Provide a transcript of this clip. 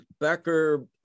Becker